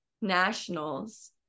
nationals